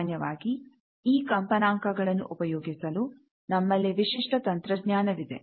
ಸಾಮಾನ್ಯವಾಗಿ ಈ ಕಂಪನ ಅಂಕಗಳನ್ನು ಉಪಯೋಗಿಸಲು ನಮ್ಮಲ್ಲಿ ವಿಶಿಷ್ಟ ತಂತ್ರಜ್ಞಾನ ವಿದೆ